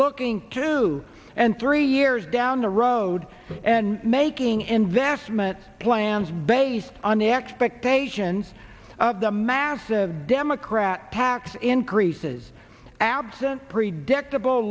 looking to and three years down the road and making investment plans based on the expectations of the massive democrat tax increases absent predictable